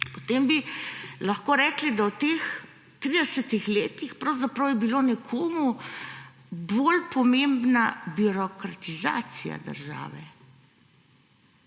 potem bi lahko rekli, da v teh 30 letih pravzaprav je bilo nekomu bolj pomembna birokratizacija države,